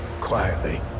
quietly